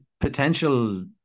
potential